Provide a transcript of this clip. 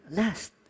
last